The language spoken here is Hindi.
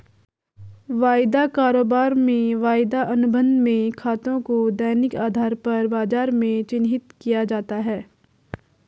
वायदा कारोबार में वायदा अनुबंध में खातों को दैनिक आधार पर बाजार में चिन्हित किया जाता है